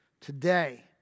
Today